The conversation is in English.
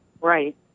Right